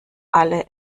alle